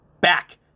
back